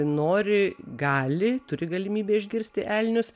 nori gali turi galimybę išgirsti elnius